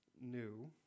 new